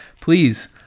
please